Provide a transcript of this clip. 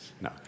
No